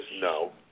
no